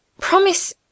Promise